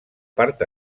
part